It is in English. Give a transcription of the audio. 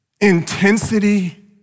intensity